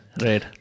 Right